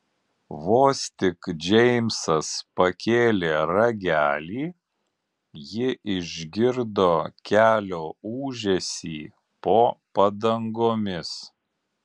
vos tik džeimsas pakėlė ragelį ji išgirdo kelio ūžesį po padangomis